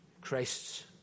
Christ's